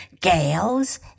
gales